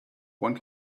one